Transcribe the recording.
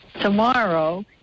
tomorrow